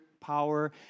power